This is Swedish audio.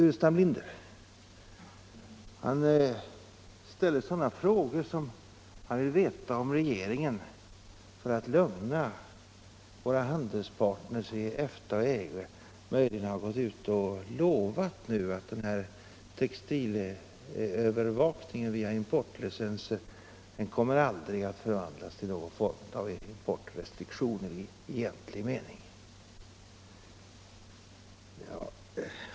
Herr Burenstam Linder ville veta om regeringen för att lugna våra handelspartner i EFTA och EG möjligen har lovat att textilövervakningen via importlicenser aldrig kommer att förvandlas till någon form av importrestriktioner i egentlig mening.